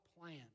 plan